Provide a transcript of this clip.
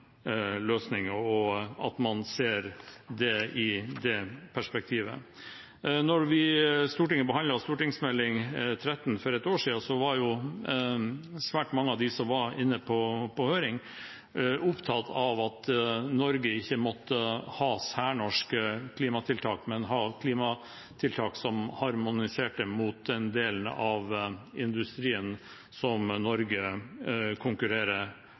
løsninger, og at man må se det i det perspektivet. Da Stortinget behandlet Meld. St. 13 for et år siden, var svært mange av de som var inne på høring, opptatt av at Norge ikke måtte ha særnorske klimatiltak, men ha klimatiltak som harmoniserte med en del av industrien som Norge konkurrerer